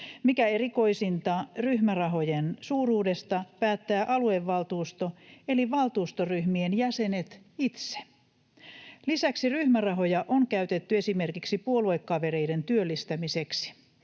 Mikä erikoisinta, ryhmärahojen suuruudesta päättää aluevaltuusto — eli valtuustoryhmien jäsenet itse. Lisäksi ryhmärahoja on käytetty esimerkiksi puoluekavereiden työllistämiseksi.